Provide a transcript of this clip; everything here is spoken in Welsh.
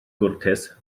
gwrtais